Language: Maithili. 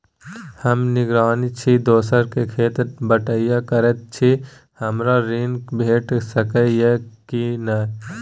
हम निजगही छी, दोसर के खेत बटईया करैत छी, हमरा ऋण भेट सकै ये कि नय?